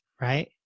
right